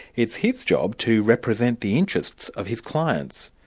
it's his job to represent the interests of his clients.